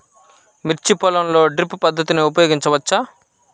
మిర్చి పొలంలో డ్రిప్ పద్ధతిని ఉపయోగించవచ్చా?